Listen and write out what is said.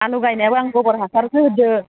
आलु गायनायावबो आं गबर हासारसो होदों